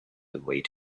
await